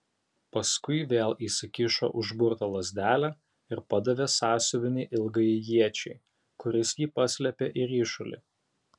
paskui vėl įsikišo užburtą lazdelę ir padavė sąsiuvinį ilgajai iečiai kuris jį paslėpė į ryšulį